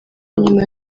nyuma